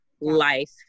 life